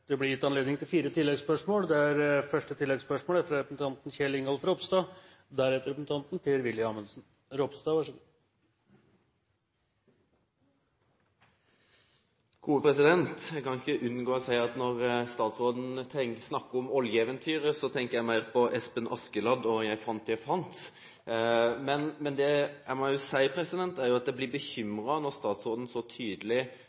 Det blir gitt anledning til fire oppfølgingsspørsmål – først Kjell Ingolf Ropstad. Jeg kan ikke unngå å si at når statsråden snakker om oljeeventyret, tenker jeg mer på Espen Askeladd og «jeg fant, jeg fant», men jeg må jo si at jeg blir bekymret når statsråden så tydelig